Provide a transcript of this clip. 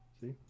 See